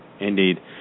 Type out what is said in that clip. Indeed